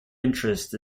interest